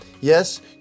Yes